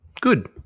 good